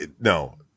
No